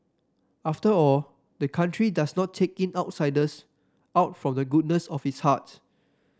after all the country does not take in outsiders out of the goodness of its heart